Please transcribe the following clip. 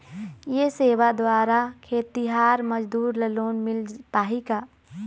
ये सेवा द्वारा खेतीहर मजदूर ला लोन मिल पाही का?